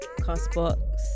Castbox